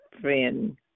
friend